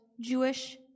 Jewish